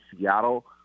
Seattle